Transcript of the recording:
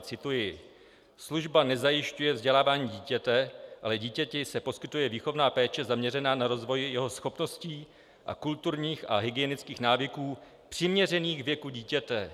Cituji: Služba nezajišťuje vzdělávání dítěte, ale dítěti se poskytuje výchovná péče zaměřená na rozvoj jeho schopností a kulturních a hygienických návyků přiměřených věku dítěte.